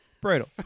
brutal